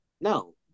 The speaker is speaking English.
no